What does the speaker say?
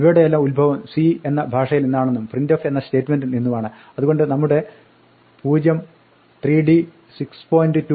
ഇവയുടെയെല്ലാം ഉത്ഭവം C എന്ന ഭാഷയിൽ നിന്നാണെന്നും printf എന്ന സ്റ്റേറ്റ്മെന്റിൽ നിന്നുമാണ് അതുകൊണ്ട് നമ്മുടെ 0 3d 6